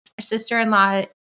sister-in-law